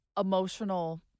emotional